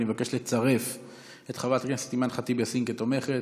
ואני מבקש לצרף את חברת הכנסת אימאן ח'טיב יאסין כתומכת,